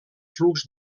flux